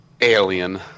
alien